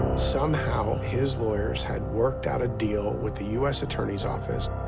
somehow, his lawyers had worked out a deal with the us attorney's office.